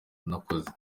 nakoze